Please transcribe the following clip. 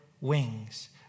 wings